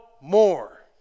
more